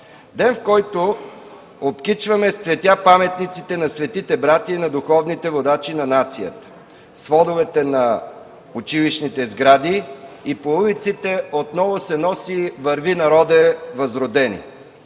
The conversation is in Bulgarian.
Ден, в който обкичваме с цветя паметниците на Светите братя и на духовните водачи на нацията, сводовете на училищните сгради и по улиците отново се носи: „Върви, народе възродени!”